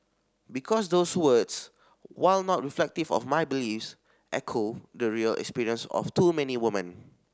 because those words while not reflective of my beliefs echo the real experience of too many woman